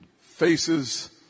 faces